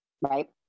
Right